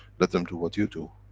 let them do what you do.